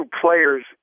players